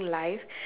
life